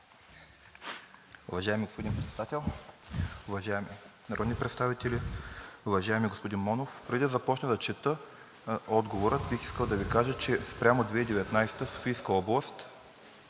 Уважаеми господин Председател, уважаеми народни представители! Уважаеми господин Монев, преди да започна да чета отговора, бих искал да Ви кажа, че спрямо 2019 г. Софийска област е